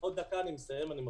עוד דקה אני מסיים, אני מבטיח.